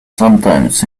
sometimes